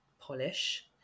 polish